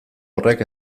horrek